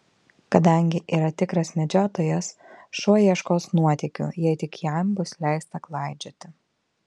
kadangi yra tikras medžiotojas šuo ieškos nuotykių jei tik jam bus leista klaidžioti